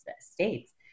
states